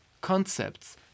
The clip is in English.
concepts